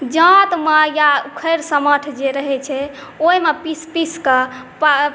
जांँतमे या उखरि समाठ जे रहैत छै ओहिमे पीसि पीसिके